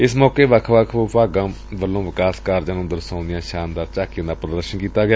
ਇਸ ਮੌਕੇ ਵੱਖ ਵੱਖ ਵਿਭਾਗਾਂ ਵੱਲੋ ਵਿਕਾਸ ਕਾਰਜਾਂ ਨੂੰ ਦਰਸਾਉਂਦੀਆਂ ਹੋਈਆਂ ਸ਼ਾਨਦਾਰ ਝਾਕੀਆਂ ਦਾ ਪ੍ਦਦਰਸ਼ਨ ਕੀਤਾ ਗਿਆ